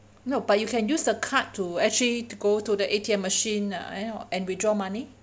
no but you can use the card to actually to go to the A_T_M machine uh you know and withdraw money